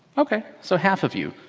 ok, so half of you.